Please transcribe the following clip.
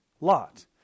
Lot